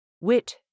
Wit